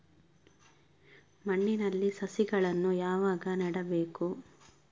ಮಣ್ಣಿನಲ್ಲಿ ಸಸಿಗಳನ್ನು ಯಾವಾಗ ನೆಡಬೇಕು?